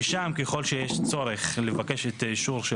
ושם, ככל שיש צורך לבקש את האישור של